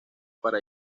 para